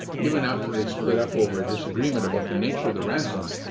even after they split up over a disagreement about the nature of the ransom,